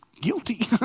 Guilty